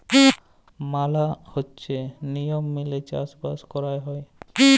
ম্যালা গুলা লিয়ম মেলে চাষ বাস কয়রা হ্যয়